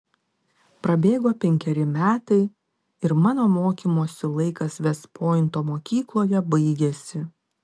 prabėgo penkeri metai ir mano mokymosi laikas vest pointo mokykloje baigėsi